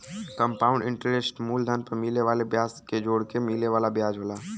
compound interest मूलधन पर मिले वाले ब्याज के जोड़के मिले वाला ब्याज होला